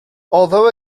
although